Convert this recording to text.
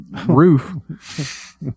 roof